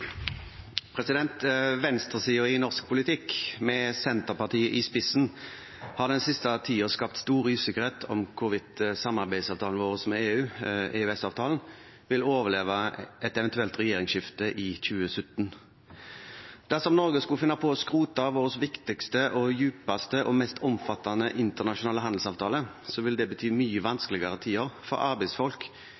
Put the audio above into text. i norsk politikk, med Senterpartiet i spissen, har den siste tiden skapt stor usikkerhet om hvorvidt samarbeidsavtalen vår med EU, EØS-avtalen, vil overleve et eventuelt regjeringsskifte i 2017. Dersom Norge skulle finne på å skrote vår viktigste, dypeste og mest omfattende internasjonale handelsavtale, vil det bety mye